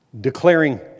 declaring